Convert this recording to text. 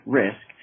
risk